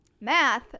Math